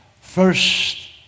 First